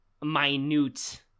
minute